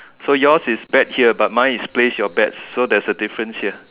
so yours is bet here but mine is place your bets so there's a difference here